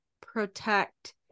protect